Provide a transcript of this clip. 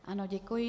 Ano, děkuji.